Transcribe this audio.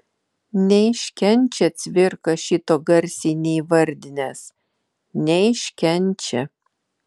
neiškenčia cvirka šito garsiai neįvardinęs neiškenčia